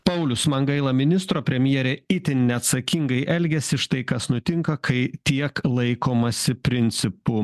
paulius man gaila ministro premjerė itin neatsakingai elgiasi štai kas nutinka kai tiek laikomasi principų